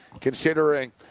considering